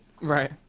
Right